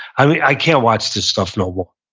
i like i can't watch this stuff no more.